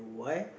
why